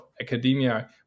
academia